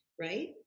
right